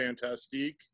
fantastique